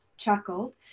Chuckled